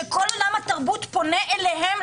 שכל עולם התרבות פונה אליהם,